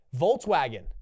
Volkswagen